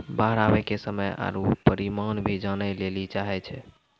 बाढ़ आवे के समय आरु परिमाण भी जाने लेली चाहेय छैय?